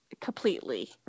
completely